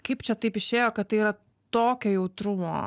kaip čia taip išėjo kad tai yra tokio jautrumo